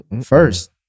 first